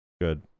Good